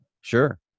sure